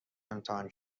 امتحان